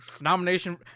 Nomination